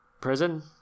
prison